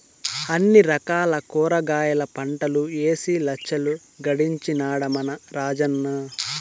అన్ని రకాల కూరగాయల పంటలూ ఏసి లచ్చలు గడించినాడ మన రాజన్న